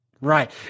right